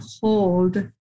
hold